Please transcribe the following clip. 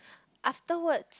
afterwards